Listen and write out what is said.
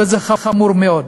וזה חמור מאוד.